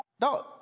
No